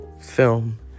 film